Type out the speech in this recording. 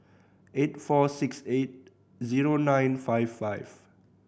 eight four six eight zero nine five five